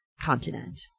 continent